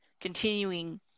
continuing